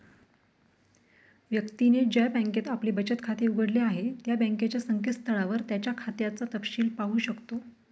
व्यक्तीने ज्या बँकेत आपले बचत खाते उघडले आहे त्या बँकेच्या संकेतस्थळावर त्याच्या खात्याचा तपशिल पाहू शकतो